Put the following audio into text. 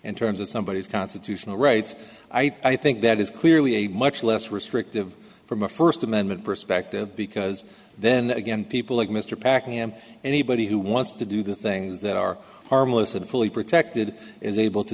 in terms of somebodies constitutional rights i think that is clearly a much less restrictive from a first amendment perspective because then again people like mr packing and anybody who wants to do things that are harmless and fully protected is able to